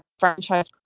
franchise